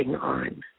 on